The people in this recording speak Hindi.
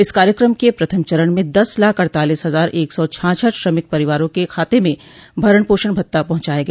इस कार्यक्रम के प्रथम चरण में दस लाख अड़तालीस हजार एक सौ छाछठ श्रमिक परिवारों के खाते में भरण पोषण भत्ता पहुंचाया गया